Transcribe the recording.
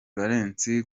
valens